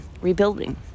rebuilding